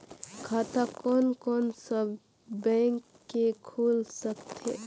खाता कोन कोन सा बैंक के खुल सकथे?